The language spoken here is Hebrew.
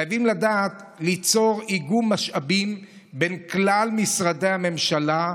חייבים לדעת ליצור איגום משאבים בין כלל משרדי הממשלה,